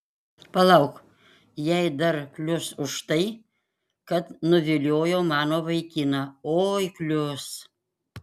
palauk jai dar klius už tai kad nuviliojo mano vaikiną oi klius